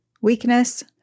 weakness